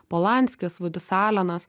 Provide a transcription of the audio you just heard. polanskis vudis alenas